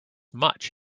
much